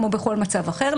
כמו בכל מצב אחר.